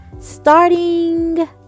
starting